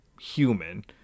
human